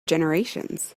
generations